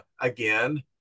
again